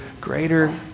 greater